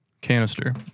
canister